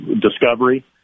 discovery